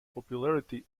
popularity